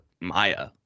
Maya